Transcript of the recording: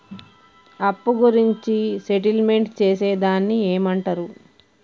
అప్పు గురించి సెటిల్మెంట్ చేసేదాన్ని ఏమంటరు?